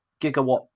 gigawatt